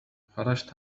خرجت